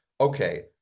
okay